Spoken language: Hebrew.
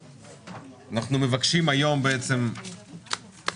אנחנו מבקשים היום בעצם לסיים